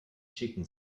chicken